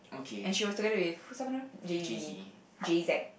and she was together with who's siapa nama Jay-Z Jay-Z